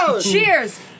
Cheers